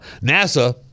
NASA